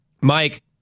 Mike